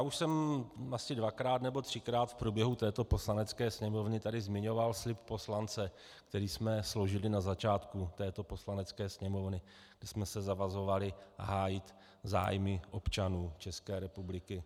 Už jsem asi dvakrát nebo třikrát v průběhu této Poslanecké sněmovny tady zmiňoval slib poslance, který jsme složili na začátku této Poslanecké sněmovny, kdy jsme se zavazovali hájit zájmy občanů České republiky.